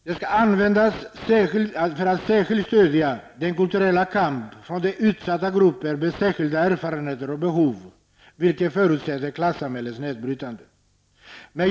De skall användas för att särskilt stödja den kulturella kamp som bedrivs av utsatta grupper med särskilda erfarenhet och behov, vilket förutsättsätter klassamhällets nedbrytande.